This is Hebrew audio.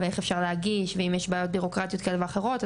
איך אפשר להגיש ואם יש בעיות בירוקרטיות כאלו ואחרות,